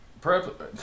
prep